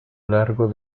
largo